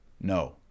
no